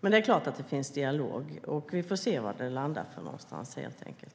Men det är klart att det finns en dialog, och vi får helt enkelt se var den landar.